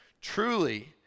Truly